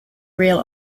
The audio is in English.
real